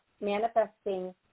manifesting